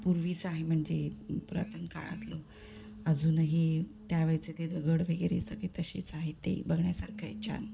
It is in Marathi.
पूर्वीचं आहे म्हणजे पुरातन काळातलं अजूनही त्यावेळचे ते दगड वगैरे सगळे तसेच आहे ते ही बघण्यासारखं आहे छान